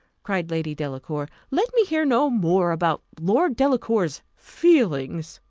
cried lady delacour, let me hear no more about lord delacour's feelings.